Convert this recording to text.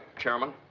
chairman.